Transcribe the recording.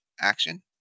action